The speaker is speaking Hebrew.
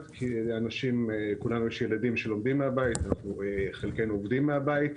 כי לכולם יש ילדים שלומדים מהבית וחלקנו עובדים מהבית,